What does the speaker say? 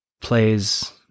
plays